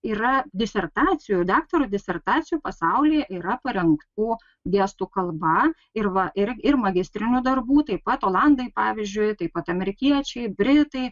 yra disertacijų daktaro disertacijų pasaulyje yra parengtų gestų kalba ir va ir ir magistrinių darbų taip pat olandai pavyzdžiui taip pat amerikiečiai britai